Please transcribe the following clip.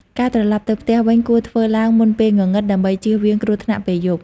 ការត្រឡប់ទៅផ្ទះ វិញគួរធ្វើឡើងមុនពេលងងឹត ដើម្បីជៀសវាងគ្រោះថ្នាក់ពេលយប់។